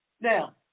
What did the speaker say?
now